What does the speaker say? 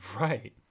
Right